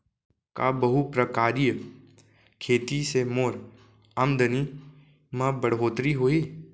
का बहुप्रकारिय खेती से मोर आमदनी म बढ़होत्तरी होही?